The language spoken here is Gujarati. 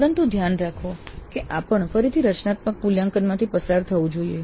પરંતુ ધ્યાન રાખો કે આ પણ ફરીથી રચનાત્મક મૂલ્યાંકનમાંથી પસાર થવું જોઈએ